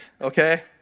okay